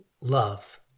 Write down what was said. love